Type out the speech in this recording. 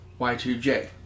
Y2J